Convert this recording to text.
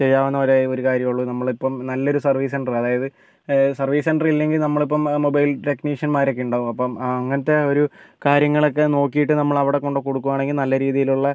ചെയ്യാവുന്ന ഒരേ ഒരു കാര്യമേയുള്ളൂ നമ്മളിപ്പോൾ നല്ലൊരു സർവീസ് സെന്റർ അതായത് സർവീസ് സെൻ്ററില്ലെങ്കിൽ നമ്മളിപ്പോൾ മൊബൈൽ ടെക്നീഷ്യന്മാരോക്കെയുണ്ടാകും അപ്പം അങ്ങനത്തെ ഒരു കാര്യങ്ങളൊക്കെ നോക്കിയിട്ട് നമ്മൾ അവിടെ കൊണ്ടു കൊടുക്കുകയാണെങ്കിൽ നല്ല രീതിയിലുള്ള